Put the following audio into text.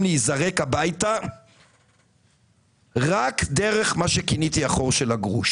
להיזרק הביתה רק דרך החור של הגרוש.